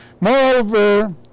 Moreover